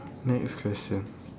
next question